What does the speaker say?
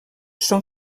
són